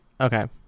okay